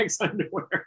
underwear